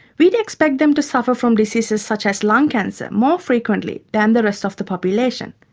we'd expect them to suffer from diseases such as lung cancer more frequently than the rest of the population.